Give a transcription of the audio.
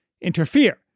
interfere